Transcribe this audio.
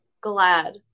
glad